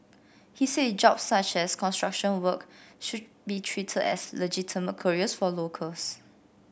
he said jobs such as construction work should be treated as legitimate careers for locals